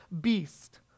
beast